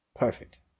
Perfect